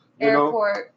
Airport